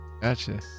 gotcha